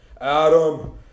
Adam